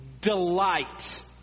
Delight